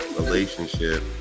relationship